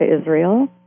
Israel